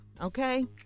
Okay